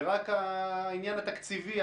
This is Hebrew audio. ורק העניין התקציבי,